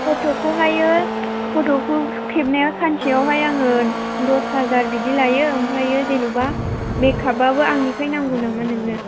फट'खौहायो फट'खौ खेबनायाव सानसेयावहाय आङो दस हाजार बिदि लायो ओमफ्राय जेनेबा मेकआपआबो आंनिफ्राय नांगौ नामा नोंनो